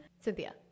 Cynthia